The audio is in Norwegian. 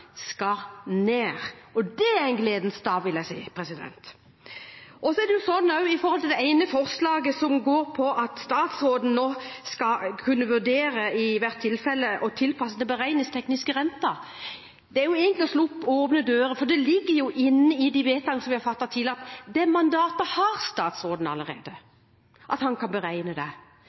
skal ned. Det er en gledens dag, vil jeg si. Når det gjelder det ene forslaget som handler om at statsråden nå i hvert tilfelle skal kunne vurdere å tilpasse den beregningstekniske renten, er det egentlig å slå inn åpne dører, for det ligger inne i de vedtak som vi har fattet tidligere. Det mandatet har statsråden allerede – at han kan beregne det.